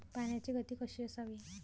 पाण्याची गती कशी असावी?